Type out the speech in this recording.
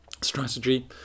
strategy